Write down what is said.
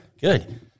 Good